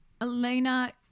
Elena